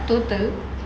total